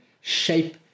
shape